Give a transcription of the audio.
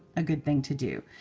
a good thing to do.